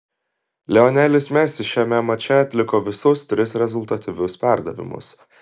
lionelis messi šiame mače atliko visus tris rezultatyvius perdavimus